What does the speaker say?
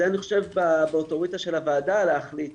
אני חושב שזה באוטוריטה של הוועדה להחליט